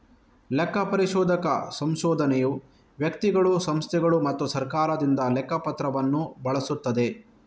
ಲೆಕ್ಕ ಪರಿಶೋಧಕ ಸಂಶೋಧನೆಯು ವ್ಯಕ್ತಿಗಳು, ಸಂಸ್ಥೆಗಳು ಮತ್ತು ಸರ್ಕಾರದಿಂದ ಲೆಕ್ಕ ಪತ್ರವನ್ನು ಬಳಸುತ್ತದೆ